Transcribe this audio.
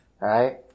right